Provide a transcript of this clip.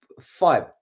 Five